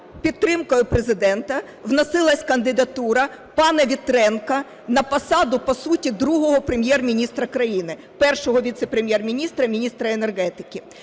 підтримки Президента вносилась кандидатура пана Вітренка на посаду, по суті, другого Прем'єр-міністра країни – Першого віце-прем'єр-міністра - міністра енергетики.